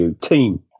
team